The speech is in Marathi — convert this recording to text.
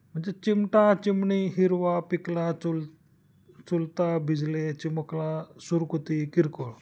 म्हणजे चिमटा चिमणी हिरवा पिकला चुल चुलता बिजले चिमुकला सुरकुती किरकोळ